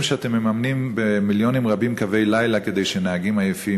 שאתם מממנים במיליונים רבים קווי לילה כדי שנהגים עייפים